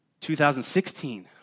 2016